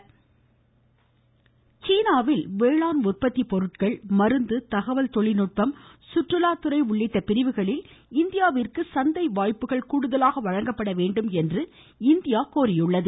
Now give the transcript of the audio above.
ருருரு China சீனாவில் வேளாண் உற்பத்தி பொருட்கள் மருந்து தகவல் தொழில்நுட்பம் சுற்றுலாத்துறை உள்ளிட்ட பிரிவுகளில் இந்தியாவிற்கு சந்தை வாய்ப்புகள் கூடுதலாக வழங்கப்பட வேண்டுமென்று இந்தியா கோரியுள்ளது